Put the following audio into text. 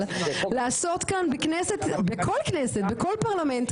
יבוא 'מכל סיבה שהיא'.